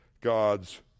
God's